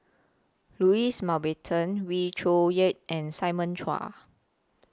Louis Mountbatten Wee Cho Yaw and Simon Chua